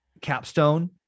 capstone